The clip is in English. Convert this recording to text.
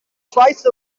twice